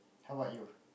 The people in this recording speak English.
how about you